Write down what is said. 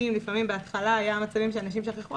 בהתחלה היו מקרים שאנשים שכחו,